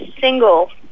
single